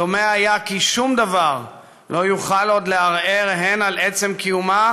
דומה היה כי שום דבר לא יוכל עוד לערער הן על עצם קיומה